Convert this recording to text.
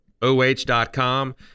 oh.com